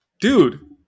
Dude